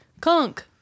Conk